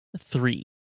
Three